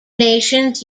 nations